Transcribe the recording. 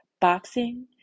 Boxing